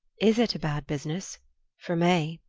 is it a bad business for may?